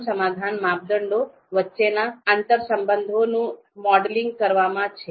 આનું સમાધાન માપદંડો વચ્ચેના આંતરસંબંધોનું મોડેલિંગ કરવામાં છે